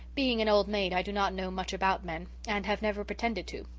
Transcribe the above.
being an old maid, i do not know much about men and have never pretended to,